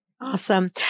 Awesome